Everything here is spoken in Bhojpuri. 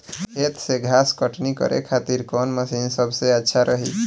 खेत से घास कटनी करे खातिर कौन मशीन सबसे अच्छा रही?